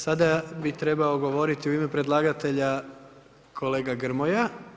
Sada bi trebao govoriti u ime predlagatelja kolega Grmoja.